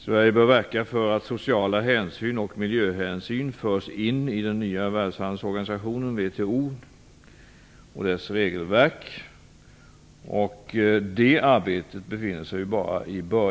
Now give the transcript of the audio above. Sverige bör verka för att sociala hänsyn och miljöhänsyn förs in i den nya världshandelsorganisationen WTO:s regelverk. Det arbetet befinner sig i inledningsskedet.